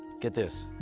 get this.